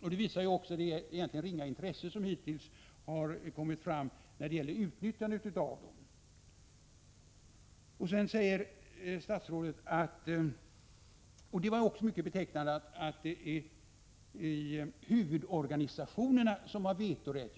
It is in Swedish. så är förhållandet framgår även av det mycket ringa intresse som har visats för utnyttjandet av dessa. Det var vidare mycket betecknande att statsrådet sade att det är huvudorganisationerna som har vetorätt.